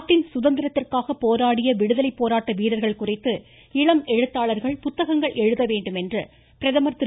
நாட்டின் சுதந்திரத்திற்காக போராடிய விடுதலை போராட்ட வீரர்கள் குறித்து இளம் எழுத்தாளர்கள் புத்தகங்கள் எழுத வேண்டும் என்று பிரதமர் திரு